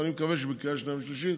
ואני מקווה שבקריאה שנייה ושלישית